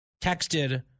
texted